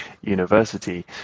university